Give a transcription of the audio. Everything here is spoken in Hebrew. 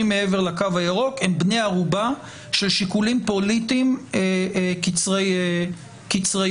מעבר לקו הירוק הם בני ערובה של שיקולים פוליטיים קצרי מועד.